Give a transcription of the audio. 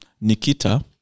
Nikita